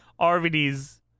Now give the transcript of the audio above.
RVD's